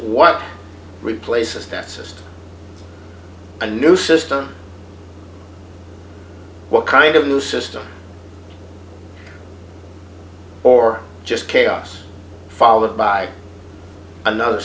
what replaces that system a new system what kind of new system or just chaos followed by another